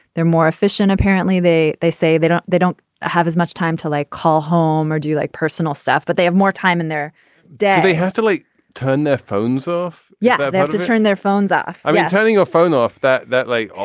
they're more efficient. apparently they they say that they don't have as much time to like call home or do like personal stuff but they have more time in their dad they have to like turn their phones off. yeah they have to turn their phones off. i mean turning your phone off that that like.